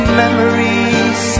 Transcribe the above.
memories